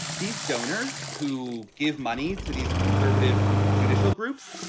these donors who give money to these conservative judicial groups,